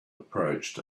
approached